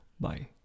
Bye